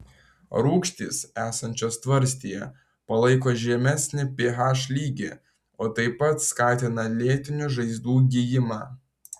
rūgštys esančios tvarstyje palaiko žemesnį ph lygį o tai taip pat skatina lėtinių žaizdų gijimą